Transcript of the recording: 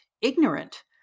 ignorant